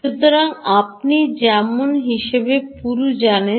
সুতরাং আপনি যেমন হিসাবে জানেন